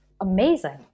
Amazing